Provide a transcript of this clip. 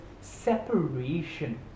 separation